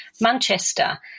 Manchester